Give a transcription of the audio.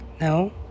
No